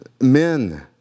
men